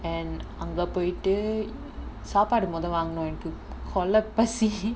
and அங்க போய்ட்டு சாப்பாடு மொத வாங்கனும் எனக்கு கொல பசி:anga poyitu saapaadu motha vaanganum enakku kola pasi